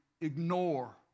ignore